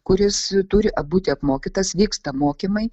kuris turi būti apmokytas vyksta mokymai